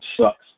sucks